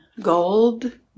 Gold